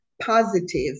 positive